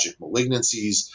malignancies